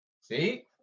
See